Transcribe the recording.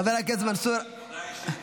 חבר הכנסת מנסור עבאס,